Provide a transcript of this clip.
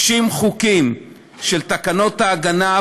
60 חוקים של תקנות ההגנה,